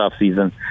offseason